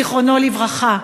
זיכרונו לברכה.